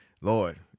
Lord